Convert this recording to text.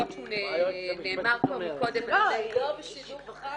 למרות שהוא נאמר פה קודם על ידי --- מה היועצת המשפטית אומרת?